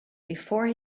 before